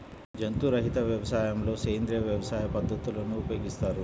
జంతు రహిత వ్యవసాయంలో సేంద్రీయ వ్యవసాయ పద్ధతులను ఉపయోగిస్తారు